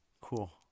Cool